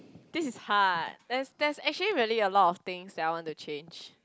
this is hard that's that's actually really a lot of things that I want to change